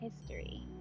history